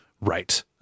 Right